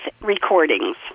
recordings